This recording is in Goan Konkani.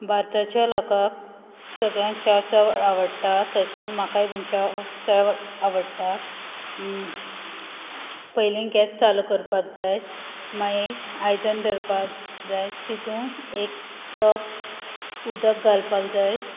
भारताच्या लोकांक सगळ्यान च्या चड आवडटा तशेंत म्हाकाय बीन चाव चड आवडटा पयली गॅस चालू करपाक जाय माई आयदन दरपाक जाय तितूंत एक कप उदक घालपाक जाय